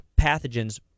pathogens